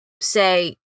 say